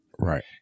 Right